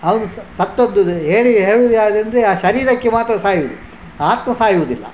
ಅವನು ಸತ್ತದ್ದು ಹೇಳಿ ಹೇಳುವುದು ಯಾರೆಂದ್ರೆ ಆ ಶರೀರಕ್ಕೆ ಮಾತ್ರ ಸಾಯುವುದು ಆತ್ಮ ಸಾಯುವುದಿಲ್ಲ